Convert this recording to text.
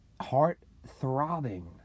heart-throbbing